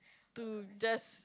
to just